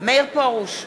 מאיר פרוש,